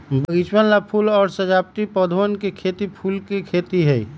बगीचवन ला फूल और सजावटी पौधवन के खेती फूल के खेती है